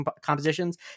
compositions